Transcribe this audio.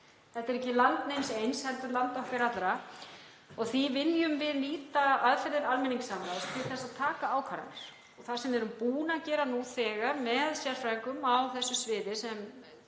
þetta er ekki land neins eins heldur land okkar allra og því viljum við nýta aðferðir almenningssamráðs til að taka ákvarðanir. Það sem við erum búin að gera nú þegar með sérfræðingum á þessu sviði sem